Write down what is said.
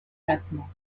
maintenant